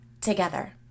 together